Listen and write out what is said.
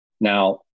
Now